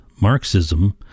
Marxism